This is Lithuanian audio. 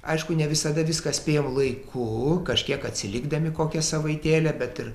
aišku ne visada viską spėjam laiku kažkiek atsilikdami kokią savaitėlę bet ir